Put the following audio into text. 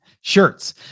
Shirts